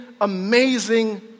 amazing